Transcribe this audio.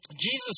Jesus